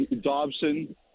Dobson